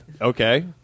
Okay